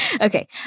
Okay